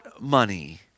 money